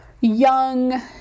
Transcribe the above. young